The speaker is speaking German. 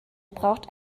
braucht